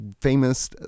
famous